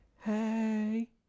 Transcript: Hey